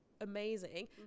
amazing